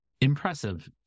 impressive